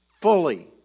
fully